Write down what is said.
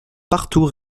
partout